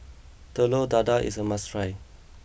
Telur Dadah is a must try